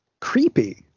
creepy